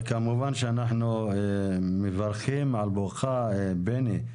כמובן שאנחנו מברכים אותך, בני,